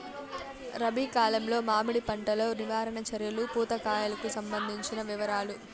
రబి కాలంలో మామిడి పంట లో నివారణ చర్యలు పూత కాయలకు సంబంధించిన వివరాలు?